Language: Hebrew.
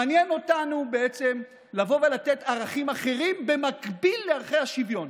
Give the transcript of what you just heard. מעניין אותנו לבוא ולתת ערכים אחרים במקביל לערכי השוויון: